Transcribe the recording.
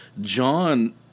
John